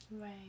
Right